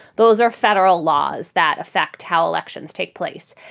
those are federal laws that affect how elections take place.